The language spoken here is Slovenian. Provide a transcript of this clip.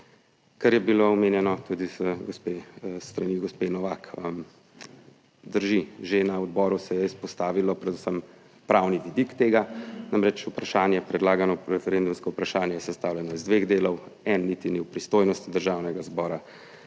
Kar je bilo omenjeno tudi s strani gospe Novak, drži, že na odboru se je izpostavilo predvsem pravni vidik tega, namreč vprašanje, predlagano referendumsko vprašanje, je sestavljeno iz dveh delov, en niti ni v pristojnosti Državnega zbora,